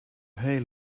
hail